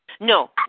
No